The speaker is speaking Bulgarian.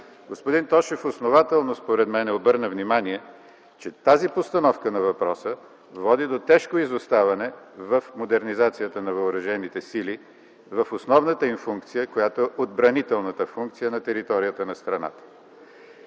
Господин Тошев основателно според мен обърна внимание, че тази постановка на въпроса води до тежко изоставане в модернизацията на Въоръжените сили в основната им функция, каквато е отбранителната функция на територията на страната.